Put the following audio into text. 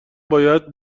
باید